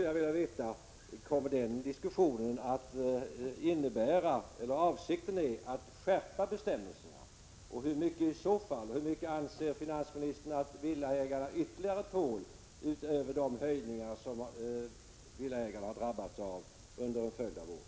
Jag vill då veta om avsikten är att skärpa bestämmelserna och i så fall hur mycket finansministern anser att villaägarna tål utöver de höjningar som de har drabbats av under en följd av år.